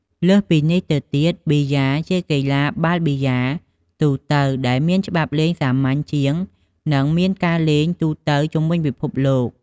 លើសពីនេះទៅទៀតប៊ីយ៉ា ជាកីឡាបាល់ប៊ីយ៉ាលទូទៅដែលមានច្បាប់លេងសាមញ្ញជាង និងមានការលេងទូទៅនៅជុំវិញពិភពលោក។